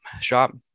shop